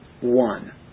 one